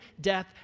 death